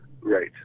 Right